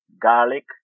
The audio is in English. garlic